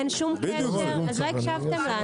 אין שום קשר, אז לא הקשבתם לנו.